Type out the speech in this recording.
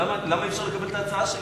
אבל למה אי-אפשר לקבל את ההצעה שלי?